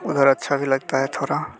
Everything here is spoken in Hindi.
उधर अच्छा भी लगता है थोड़ा